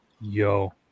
yo